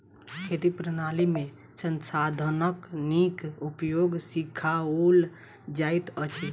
खेती प्रणाली में संसाधनक नीक उपयोग सिखाओल जाइत अछि